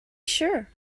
sure